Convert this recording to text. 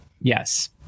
Yes